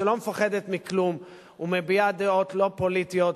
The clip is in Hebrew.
שלא מפחדת מכלום ומביעה דעות לא פוליטיות,